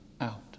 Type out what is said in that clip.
out